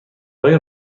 های